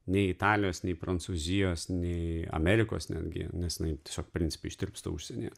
nei italijos nei prancūzijos nei amerikos netgi nes jinai tiesiog principe ištirpsta užsienyje